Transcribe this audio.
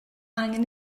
angen